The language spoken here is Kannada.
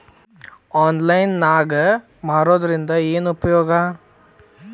ಆನ್ಲೈನ್ ನಾಗ್ ಮಾರೋದ್ರಿಂದ ಏನು ಉಪಯೋಗ?